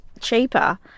cheaper